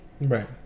Right